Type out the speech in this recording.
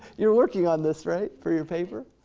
you're working on this, right, for your paper?